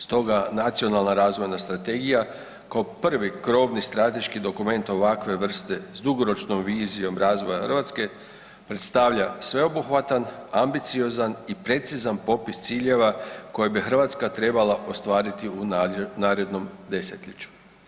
Stoga Nacionalna razvojna strategija kao prvi krovni strateški dokument ovakve vrste s dugoročnom vizijom razvoja Hrvatske predstavlja sveobuhvatan, ambiciozan i precizan popis ciljeva koje bi Hrvatska trebala ostvariti u narednom desetljeću.